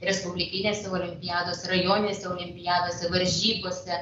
respublikinėse olimpiadose rajoninėse olimpiadose varžybose